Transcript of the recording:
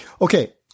Okay